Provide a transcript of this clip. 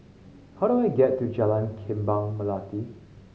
how do I get to Jalan Kembang Melati